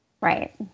Right